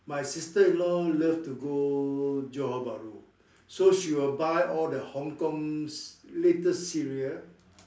my sister-in-law love to go Johor-Bahru so she will buy all the Hong-Kong's latest serial